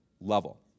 level